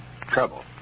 Trouble